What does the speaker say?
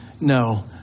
No